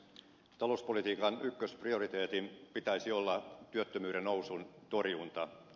talouspolitiikan ykkösprioriteetin pitäisi olla työttömyyden nousun torjunta